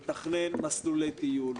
לתכנן מסלולי טיול,